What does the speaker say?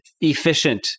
efficient